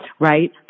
right